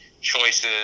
choices